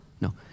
No